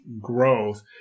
growth